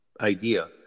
idea